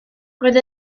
roedd